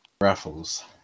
raffles